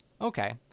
okay